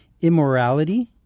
immorality